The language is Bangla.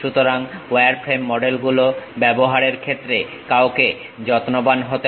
সুতরাং ওয়ারফ্রেম মডেলগুলো ব্যবহারের ক্ষেত্রে কাউকে যত্নবান হতে হবে